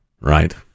Right